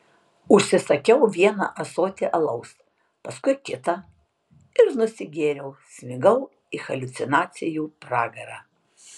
užsisakiau vieną ąsotį alaus paskui kitą ir nusigėriau smigau į haliucinacijų pragarą